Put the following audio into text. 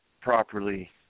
properly